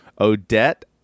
Odette